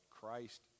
Christ